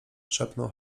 szepnął